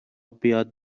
بیاد